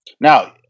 now